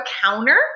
counter